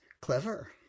clever